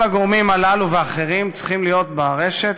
כל הגורמים הללו ואחרים צריכים להיות ברשת.